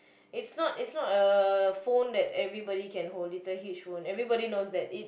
it's not it's not a phone that everybody can hold it's a huge phone everybody knows that